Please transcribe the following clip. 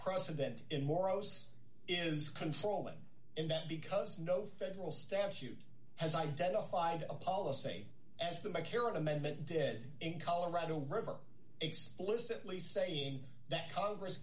precedent in moros is controlling in that because no federal statute has identified a policy as the mccarran amendment did in colorado river explicitly saying that congress